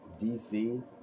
DC